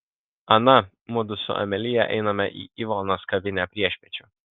ana mudu su amelija einame į ivonos kavinę priešpiečių